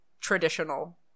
traditional